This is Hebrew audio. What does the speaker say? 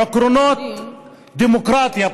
עקרונות דמוקרטיה,